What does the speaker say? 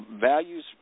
values